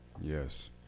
Yes